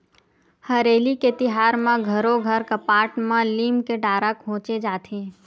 हरेली के तिहार म घरो घर कपाट म लीम के डारा खोचे जाथे